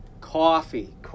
Coffee